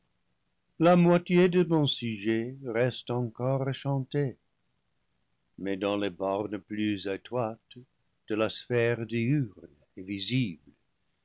la moitié de mon sujet reste encore à chanter mais clans les bornes plus étroites de la sphère diurne et visible